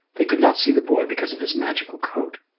they could not see the boy because of his magical coat.